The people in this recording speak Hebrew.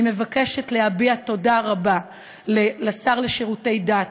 אני מבקשת להביע תודה רבה לשר לשירותי דת